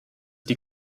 die